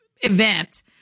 event